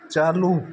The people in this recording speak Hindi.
चालू